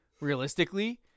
realistically